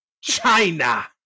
China